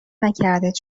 نکردید